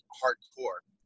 hardcore